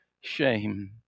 shame